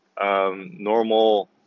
normal